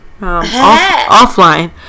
offline